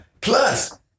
Plus